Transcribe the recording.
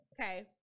Okay